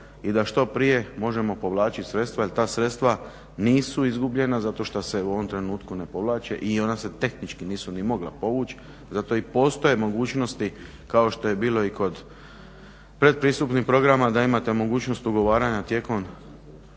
i da što prije možemo povlačiti sredstva jel ta sredstva nisu izgubljena zato što se u ovom trenutku ne povlače i ona se tehnički nisu ni mogla povući. Zato i postoje mogućnosti kao što je bilo i kod predpristupnih programa da imate mogućnost ugovaranja tijekom